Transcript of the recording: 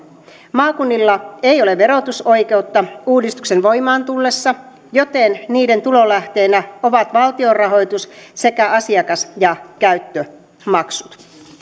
maakunnilla ei ole verotusoikeutta uudistuksen voimaan tullessa joten niiden tulolähteenä ovat valtion rahoitus sekä asiakas ja käyttömaksut